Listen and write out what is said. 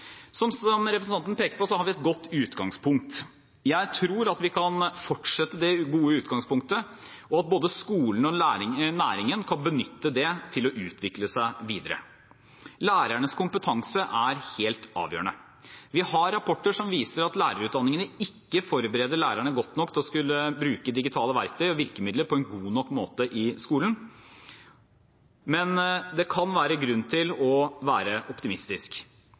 Som representanten peker på, har vi et godt utgangspunkt. Jeg tror at vi kan fortsette det gode utgangspunktet, og at både skolene og næringen kan benytte det til å utvikle seg videre. Lærernes kompetanse er helt avgjørende. Vi har rapporter som viser at lærerutdanningene ikke forbereder lærerne godt nok på å skulle bruke digitale verktøy og virkemidler på en god nok måte i skolen, men det kan være grunn til å være optimistisk.